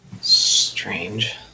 Strange